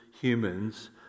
humans